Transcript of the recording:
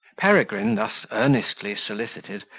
peregrine, thus earnestly solicited,